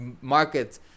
market